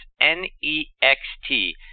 N-E-X-T